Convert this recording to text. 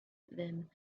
them